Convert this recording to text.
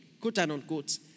quote-unquote